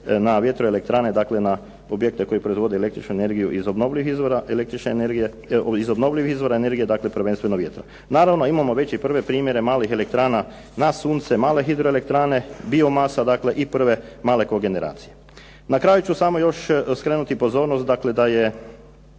na vjetroelektrane, dakle na objekte koji proizvode električnu energiju iz obnovljivih izvora energije, dakle prvenstveno vjetra. Naravno, imamo već i prve primjere malih elektrana na sunce, male hidroelektrane, biomasa dakle i prve male kogeneracije. Na kraju ću samo još skrenuti pozornost dakle da je